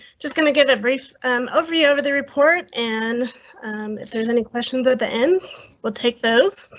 just going to get a brief overview over the report an if there's any questions at the end will take those.